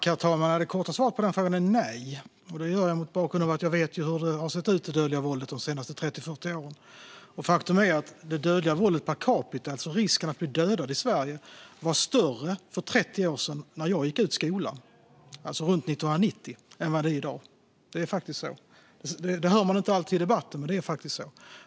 Herr talman! Det korta svaret på frågan är nej, och det är mot bakgrund av att jag vet hur det dödliga våldet har sett ut de senaste 30-40 åren. Faktum är att det dödliga våldet per capita, risken att bli dödad i Sverige, var större för 30 år sedan när jag gick ut skolan, alltså runt 1990, än vad det är i dag. Det hör man inte alltid i debatten, men det är faktiskt så.